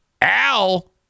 Al